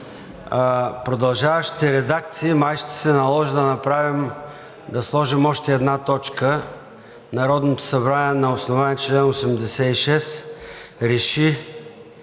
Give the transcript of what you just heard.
продължаващите редакции май ще се наложи да сложим още една точка: „Народното събрание на основание чл. 86 реши